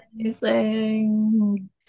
amazing